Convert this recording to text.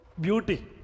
beauty